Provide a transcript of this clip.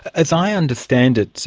as i understand it,